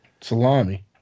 salami